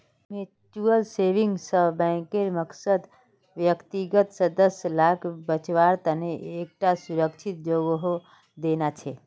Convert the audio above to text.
mutual savings बैंकेर मकसद व्यक्तिगत सदस्य लाक बच्वार तने एक टा सुरक्ष्हित जोगोह देना छे